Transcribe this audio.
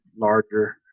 Larger